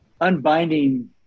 unbinding